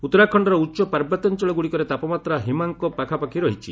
ଉତ୍ତରାଖଣ୍ଡର ଉଚ୍ଚପାର୍ବତ୍ୟାଞ୍ଚଳଗୁଡ଼ିକରେ ତାପମାତ୍ରା ହିମାଙ୍କ ପାଖାପାଖି ପହଞ୍ଚୁଛି